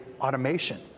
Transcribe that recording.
automation